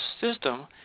system